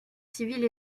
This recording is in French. civile